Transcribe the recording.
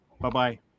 Bye-bye